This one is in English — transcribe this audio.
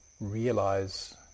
realize